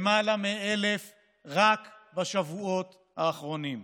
למעלה מ-1,000 רק בשבועות האחרונים,